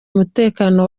umutekano